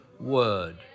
word